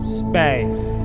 space